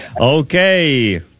Okay